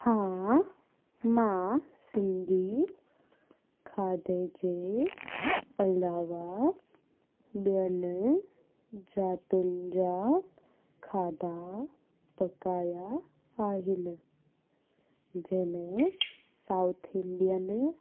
हा मां सिंधी खाधे जे अलावा ॿेअनि ज़ातियुनि जा खाधा पकायां आहिनि जंहिंमें साउथ इंडियन